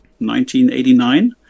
1989